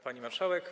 Pani Marszałek!